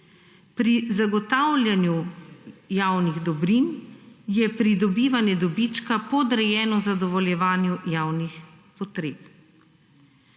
Pri zagotavljanju javnih dobrin je pridobivanje dobička podrejeno zadovoljevanju javnih potreb.